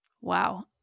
Wow